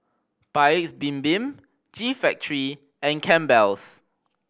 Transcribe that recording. Paik's Bibim G Factory and Campbell's